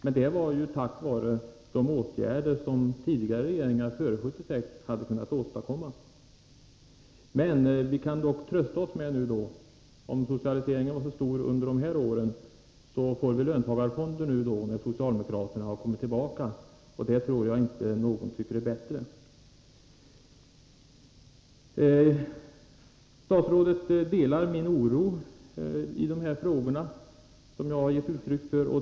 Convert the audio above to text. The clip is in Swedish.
Men dessa åtgärder framtvingades av det som hade åstad kommits av regeringar som vi hade före 1976. Om nu socialiseringen var så stor under de här åren, kan vi nu trösta oss med att vi får löntagarfonder när socialdemokraterna nu kommit tillbaka. Det tror jag inte någon tycker är bättre. Statsrådet delar den oro i dessa frågor som jag har gett uttryck för.